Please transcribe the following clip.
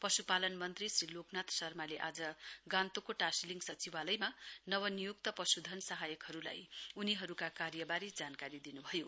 पश्पालन मन्त्री श्री लोकनाथ शर्माले आज गान्तोकको टाशीलिङ सचिवालयमा नवनियुक्त पशुधन सहायकहरूलाई उनीहरूको कार्यबारे जानकारी दिनुभयो